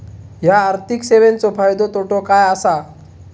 हया आर्थिक सेवेंचो फायदो तोटो काय आसा?